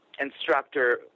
instructor